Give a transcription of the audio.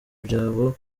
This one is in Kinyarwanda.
byabo